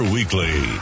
Weekly